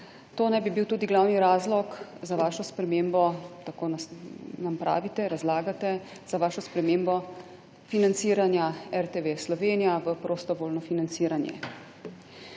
To naj bi bil tudi glavni razlog za vašo spremembo, tako nam pravite, razlagate, za vašo spremembo financiranja RTV Slovenija v prostovoljno financiranj.